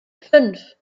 fünf